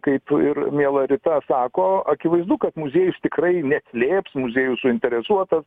kaip ir miela rita sako akivaizdu kad muziejus tikrai neslėps muziejus suinteresuotas